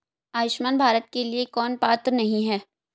आयुष्मान भारत के लिए कौन पात्र नहीं है?